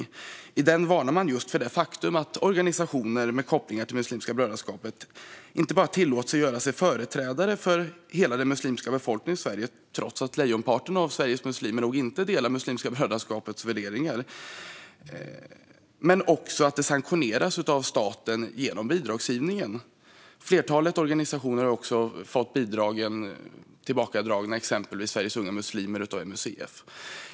I rapporten varnar man just för det faktum att organisationer med kopplingar till Muslimska brödraskapet inte bara tillåts att göra sig till företrädare för den muslimska befolkningen i Sverige, trots att lejonparten av Sveriges muslimer nog inte delar Muslimska brödraskapets värderingar, utan att detta också sanktioneras av staten genom bidragsgivningen. Ett flertal organisationer, till exempel Sveriges Unga Muslimer, har också fått bidragen tillbakadragna av MUCF.